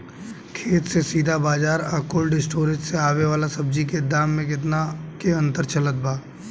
खेत से सीधा बाज़ार आ कोल्ड स्टोर से आवे वाला सब्जी के दाम में केतना के अंतर चलत बा?